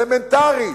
אלמנטרית,